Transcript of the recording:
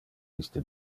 iste